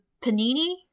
panini